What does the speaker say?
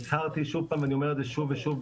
הצהרתי שוב פעם ואני אומר את זה שוב ושוב,